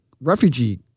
refugee